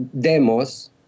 demos